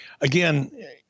again